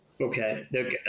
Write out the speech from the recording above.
Okay